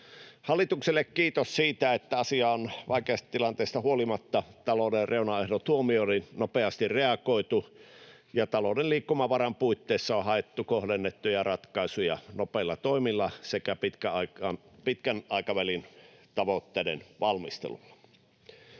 Hallitukselle kiitos siitä, että asiaan on vaikeasta tilanteesta huolimatta talouden reunaehdot huomioiden nopeasti reagoitu ja talouden liikkumavaran puitteissa on haettu kohdennettuja ratkaisuja nopeilla toimilla sekä pitkän aikavälin tavoitteiden valmistelulla.